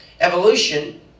Evolution